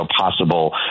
possible